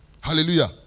Hallelujah